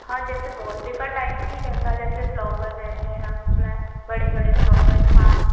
हाँ जैसे wallpaper type नहीं रहता जैसे फ्लोवर रहते हैं उसमें बड़े बड़े फ्लोवर्स हाँ